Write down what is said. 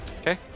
Okay